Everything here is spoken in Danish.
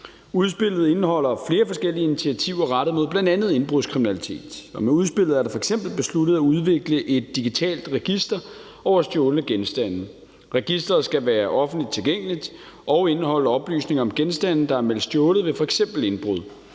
Udspillet indeholder flere forskellige initiativer rettet mod bl.a. indbrudskriminalitet. Med udspillet er det f.eks. besluttet at udvikle et digitalt register over stjålne genstande. Registeret skal være offentligt tilgængeligt og indeholde oplysninger om genstande, der er meldt stjålet ved f.eks. indbrud.